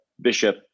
bishop